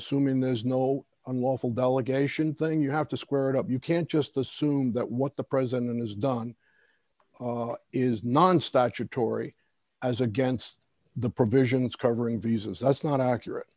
assuming there's no unlawful delegation thing you have to square it up you can't just assume that what the president has done is non statutory as against the provisions covering visas that's not accurate